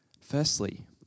Firstly